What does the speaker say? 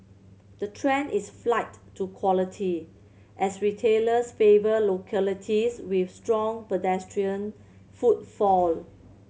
the trend is flight to quality as retailers favour localities with strong pedestrian footfall